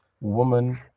woman